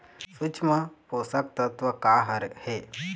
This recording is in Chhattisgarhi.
सूक्ष्म पोषक तत्व का हर हे?